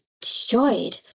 destroyed